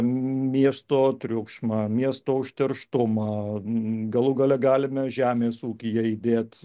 miesto triukšmą miesto užterštumą galų gale galime žemės ūkyje įdėt